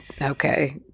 okay